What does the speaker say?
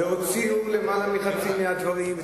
הוציאו יותר מחצי מהדברים.